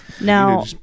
Now